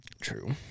True